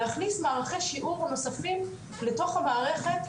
להכניס מערכי שיעור נוספים לתוך המערכת,